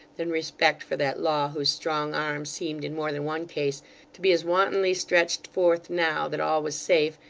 than respect for that law whose strong arm seemed in more than one case to be as wantonly stretched forth now that all was safe,